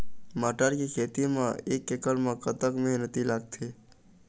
मटर के खेती म एक एकड़ म कतक मेहनती लागथे?